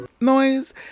noise